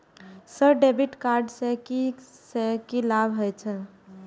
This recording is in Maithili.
सर डेबिट कार्ड से की से की लाभ हे छे?